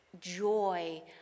joy